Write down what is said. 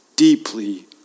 deeply